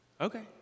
Okay